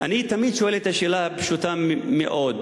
אני תמיד שואל את השאלה הפשוטה מאוד: